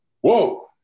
whoa